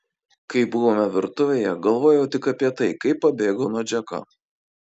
kai buvome virtuvėje galvojau tik apie tai kaip pabėgau nuo džeko